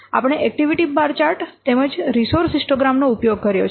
આપણે activity bar chart તેમજ resource histogram નો ઉપયોગ કર્યો છે